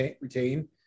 retain